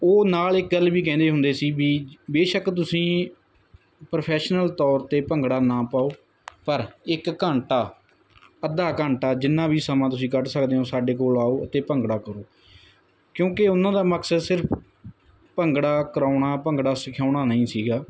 ਉਹ ਨਾਲ ਇੱਕ ਗੱਲ ਵੀ ਕਹਿੰਦੇ ਹੁੰਦੇ ਸੀ ਵੀ ਬੇਸ਼ੱਕ ਤੁਸੀਂ ਪ੍ਰੋਫੈਸ਼ਨਲ ਤੌਰ 'ਤੇ ਭੰਗੜਾ ਨਾ ਪਾਓ ਪਰ ਇੱਕ ਘੰਟਾ ਅੱਧਾ ਘੰਟਾ ਜਿੰਨਾ ਵੀ ਸਮਾਂ ਤੁਸੀਂ ਕੱਢ ਸਕਦੇ ਹੋ ਸਾਡੇ ਕੋਲ ਆਓ ਅਤੇ ਭੰਗੜਾ ਕਰੋ ਕਿਉਂਕਿ ਉਹਨਾਂ ਦਾ ਮਕਸਦ ਸਿਰਫ ਭੰਗੜਾ ਕਰਾਉਣਾ ਭੰਗੜਾ ਸਿਖਾਉਣਾ ਨਹੀਂ ਸੀਗਾ